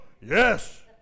yes